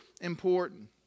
important